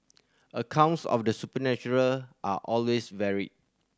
accounts of the supernatural are always varied